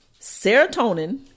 serotonin